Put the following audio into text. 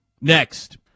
Next